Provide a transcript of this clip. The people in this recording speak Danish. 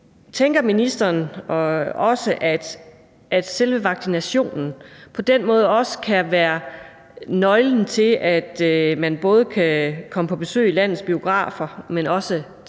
Tænker ministeren også, at selve vaccinationen på den måde kan være nøglen til, at man både kan komme på besøg i landets biografer, i restauranterne